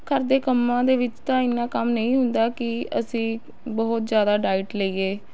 ਘਰ ਦੇ ਕੰਮਾਂ ਦੇ ਵਿੱਚ ਤਾਂ ਇੰਨਾਂ ਕੰਮ ਨਹੀਂ ਹੁੰਦਾ ਕਿ ਅਸੀਂ ਬਹੁਤ ਜ਼ਿਆਦਾ ਡਾਈਟ ਲਈਏ